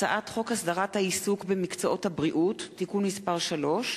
מטעם הכנסת: הצעת חוק הסדרת העיסוק במקצועות הבריאות (תיקון מס' 3)